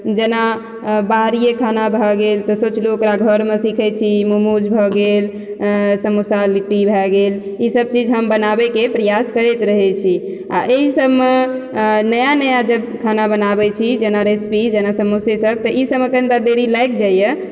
जेना बाहरीये खाना भए गेल तऽ सोचलहुॅं ओकरा घर मे सीखै छी मोमोज भऽ गेल समोसा लिट्टी भए गेल ई सब चीज हम बनाबै के प्रयास करैत रहै छी आ ई सबमे नया नया जब खाना बनाबै छी जेना रेसिपी जेना समोसे सब तऽ ई सबमे कनी टा देरी लागि जाय यऽ